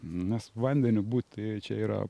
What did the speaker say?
nes vandeniu būt tai čia yra